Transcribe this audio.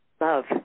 Love